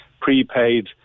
prepaid